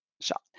shot